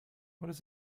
what